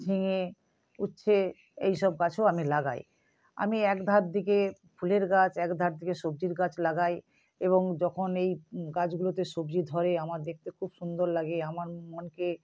ঝিঙে উচ্ছে এই সব গাছও আমি লাগাই আমি এক ধার দিকে ফুলের গাছ এক ধার দিকে সবজির গাছ লাগাই এবং যখন এই গাছগুলোতে সবজি ধরে আমার দেখতে খুব সুন্দর লাগে আমার মনকে